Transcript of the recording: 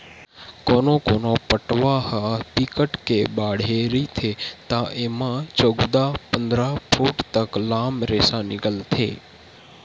कोनो कोनो पटवा ह बिकट के बाड़हे रहिथे त एमा चउदा, पंदरा फूट तक लाम रेसा निकलथे